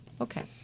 Okay